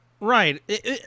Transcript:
Right